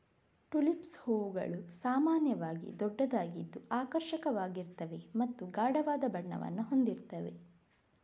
tulips ಹೂವುಗಳು ಸಾಮಾನ್ಯವಾಗಿ ದೊಡ್ಡದಾಗಿದ್ದು ಆಕರ್ಷಕವಾಗಿರ್ತವೆ ಮತ್ತೆ ಗಾಢವಾದ ಬಣ್ಣವನ್ನ ಹೊಂದಿರ್ತವೆ